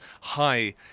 high